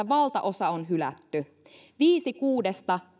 valtaosa on hylätty viisi kuudesta